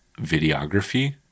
videography